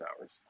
hours